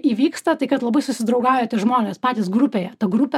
įvyksta tai kad labai susidraugauja tie žmonės patys grupėje ta grupė